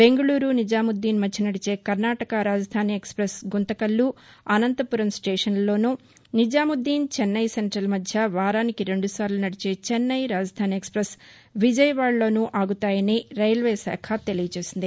బెంగకూరు నిజాముద్దీన్ మధ్య నదిచే Karnataka Rajdhani express Guntakal Anantapur స్టేషన్లలోనూ నిజాముద్దీన్ చెన్నై సెంటల్ మధ్య వారానికి రెండుసార్లు నదిచే చెన్నై రాజధాని ఎక్స్పెస్ విజయవాడలోనూ ఆగుతాయని రైల్వే శాఖ తెలియజేసింది